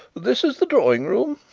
this is the drawing-room,